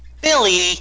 Billy